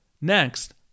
Next